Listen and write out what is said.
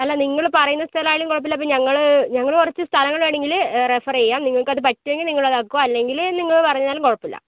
അല്ല നിങ്ങൾ പറയുന്ന സ്ഥലമായാലും കുഴപ്പമില്ല ഇപ്പോൾ ഞങ്ങൾ ഞങ്ങൾ കുറച്ച് സ്ഥലങ്ങൾ വേണമെങ്കിൽ റെഫറ് ചെയ്യാം നിങ്ങൾക്കത് പറ്റുമെങ്കിൽ നിങ്ങളതാക്കുവോ അല്ലെങ്കിൽ നിങ്ങൾ പറഞ്ഞാലും കുഴപ്പമില്ല